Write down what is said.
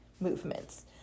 movements